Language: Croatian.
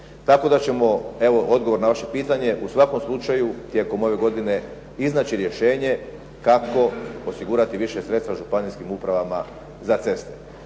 tako da ćemo evo odgovor na vaše pitanje u svakom slučaju tijekom ove godine iznaći rješenje kako osigurati više sredstava županijskim upravama za ceste.